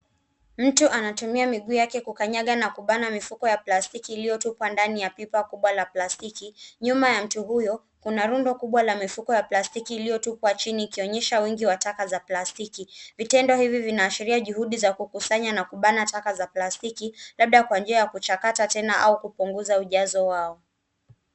Mtu anatumia miguu yake kukanyaga na kubana mifuko ya plastiki ilitupwa ndani ya pipa kubwa la plastiki. Nyuma ya mtu huyu kuna rundo kubwa la mifuko ya plastiki ikionyesha wingi wa tka za palstiki. Vitendo hivi vinaashiria juhudi za kukusanya na kubana taka za palstiki labda kwa njia ya kuchakata tena au kupunguza ujazo wao.